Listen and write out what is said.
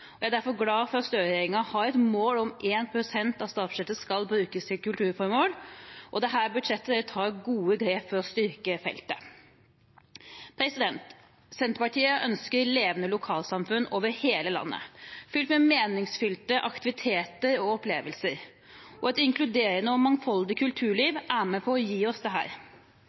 Jeg er derfor glad for at Støre-regjeringen har et mål om at 1 pst. av statsbudsjettet skal brukes til kulturformål. Dette budsjettet tar gode grep for å styrke feltet. Senterpartiet ønsker levende lokalsamfunn over hele landet, fylt med meningsfylte aktiviteter og opplevelser. Et inkluderende og mangfoldig kulturliv er med på å gi oss det.